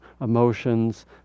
emotions